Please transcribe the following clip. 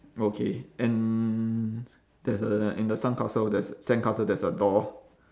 okay and there's a in the sandcastle there's sandcastle there's a door